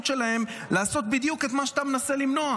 שלהם לעשות בדיוק את מה שאתה מנסה למנוע,